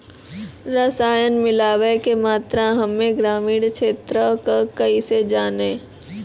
रसायन मिलाबै के मात्रा हम्मे ग्रामीण क्षेत्रक कैसे जानै?